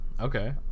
Okay